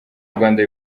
rwanda